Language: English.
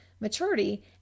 maturity